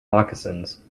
moccasins